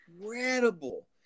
incredible